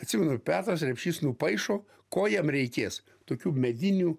atsimenu petras repšys nupaišo ko jam reikės tokių medinių